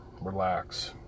Relax